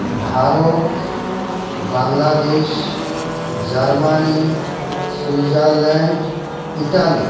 Bharat Bangladesh Germany Switzerland Italy